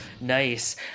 Nice